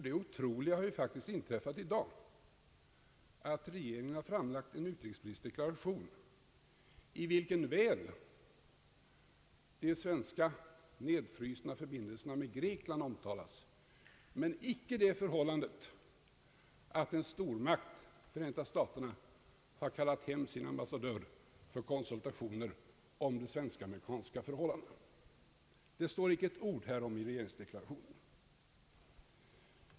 Det otroliga har nämligen inträffat i dag, att regeringen har framlagt en utrikespolitisk deklaration, i vilken väl de svenska nedfrusna förbindelserna med Grekland omtalas, men inte det förhållandet att en stormakt, Förenta staterna, har kallat hem sin ambassadör för konsultationer om de svensk-amerikanska förhållandena. Det står inte ett ord härom i regeringsdeklarationen.